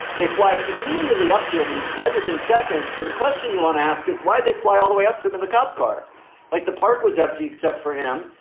they fly immediately up to him and he's dead within seconds. and the question you and ask is why they fly all the way up to and the cop car like the park was empty except for him.